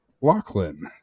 Lachlan